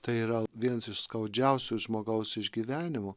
tai yra vienas iš skaudžiausių žmogaus išgyvenimų